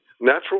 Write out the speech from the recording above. natural